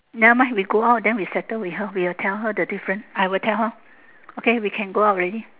never mind we go out then we settle with her we will tell her the difference I will tell her okay we can go out already